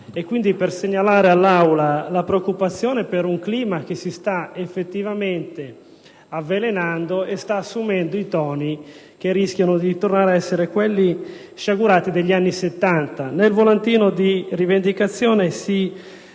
per segnalare all'Aula la preoccupazione per un clima che si sta effettivamente avvelenando e che sta assumendo toni che rischiano di tornare ad essere quelli sciagurati degli anni Settanta. Nel volantino di rivendicazione di